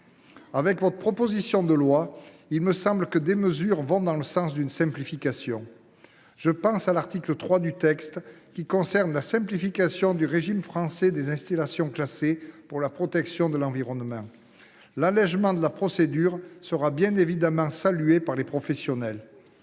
de cette proposition de loi vont dans le sens d’une simplification. Je pense ainsi à l’article 3, qui concerne la simplification du régime français des installations classées pour la protection de l’environnement. L’allégement de la procédure sera bien évidemment salué par les professionnels.